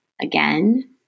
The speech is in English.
again